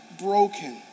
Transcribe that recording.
broken